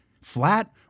Flat